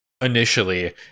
initially